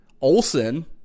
Olson